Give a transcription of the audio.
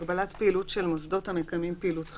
"הגבלת פעילות של מוסדות המקיימים פעילות חינוך".